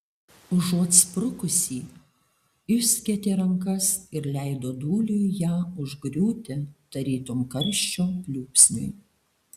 užuot sprukusį išskėtė rankas ir leido dūliui ją užgriūti tarytum karščio pliūpsniui